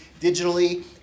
digitally